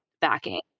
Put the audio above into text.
backing